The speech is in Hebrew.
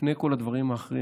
לפני כל הדברים האחרים,